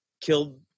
killed